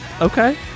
okay